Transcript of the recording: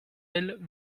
elles